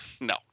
no